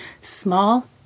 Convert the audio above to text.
small